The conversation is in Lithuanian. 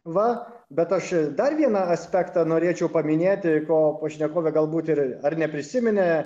va bet aš dar vieną aspektą norėčiau paminėti ko pašnekovė galbūt ir ar neprisiminė